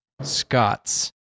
Scots